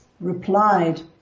replied